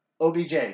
OBJ